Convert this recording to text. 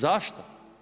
Zašto?